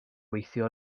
weithio